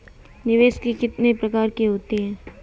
निवेश के कितने प्रकार होते हैं?